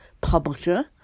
publisher